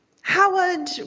howard